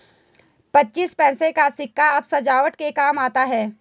पच्चीस पैसे का सिक्का अब सजावट के काम आता है